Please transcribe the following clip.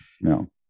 No